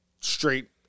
straight